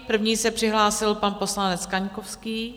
První se přihlásil pan poslanec Kaňkovský.